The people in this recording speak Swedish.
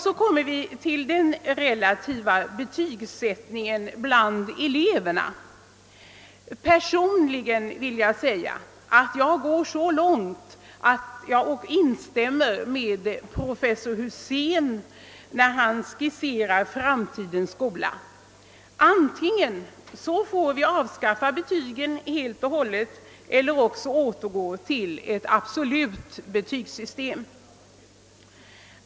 Så kommer vi till den relativa betygsättningen bland eleverna. Personligen vill jag gå så långt att jag instämmer med professor Husén när han skisserar framtidens skola: Antingen får vi avskaffa betygen helt och hållet eller också återgå till ett absolut betygssystem.